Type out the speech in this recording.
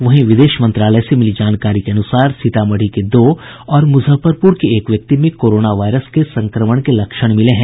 वहीं विदेश मंत्रालय से मिली जानकारी के अनुसार सीतामढ़ी के दो और मुजफ्फरपुर के एक व्यक्ति में कोरोना वायरस के संक्रमण के लक्षण मिले हैं